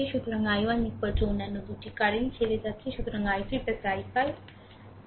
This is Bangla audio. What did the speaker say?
সুতরাং i1 অন্যান্য 2 কারেন্ট ছেড়ে যাচ্ছে সুতরাং i3 i5